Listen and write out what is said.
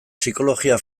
psikologia